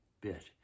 bit